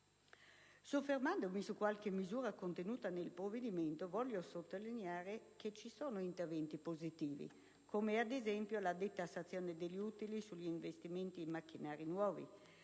Soffermandomi su qualche misura contenuta nel provvedimento, voglio sottolineare che ci sono interventi positivi, come ad esempio la detassazione degli utili reinvestiti in macchinari nuovi.